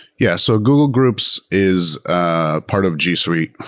yes. so google groups is ah part of g suite,